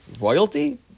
royalty